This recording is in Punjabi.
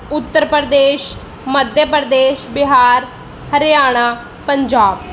ਉੱਤਰ ਪ੍ਰਦੇਸ਼ ਮੱਧਿਆ ਪ੍ਰਦੇਸ਼ ਬਿਹਾਰ ਹਰਿਆਣਾ ਪੰਜਾਬ